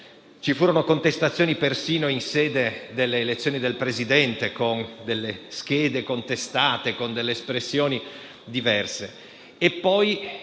Ci furono contestazioni persino in sede di elezione del Presidente, con delle schede contestate in ragione dell'uso di espressioni diverse.